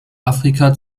afrika